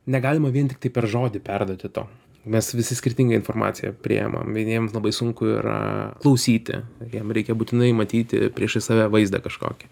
negalima vien tiktai per žodį perduoti to mes visi skirtingai informaciją priėmam vieniems labai sunku yra klausyti jiem reikia būtinai matyti priešais save vaizdą kažkokį